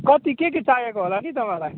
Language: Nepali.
कति के के चाहिएको होला नि तपाईँहरूलाई